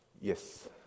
Yes